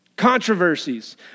controversies